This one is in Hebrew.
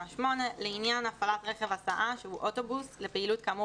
"(8)לעניין הפעלת רכב הסעה שהוא אוטובוס לפעילות כאמור